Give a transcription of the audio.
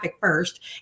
first